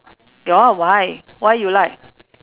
your why why you like